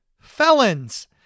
felons